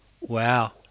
Wow